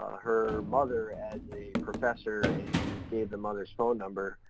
her mother as a professor and gave the mother's phone number.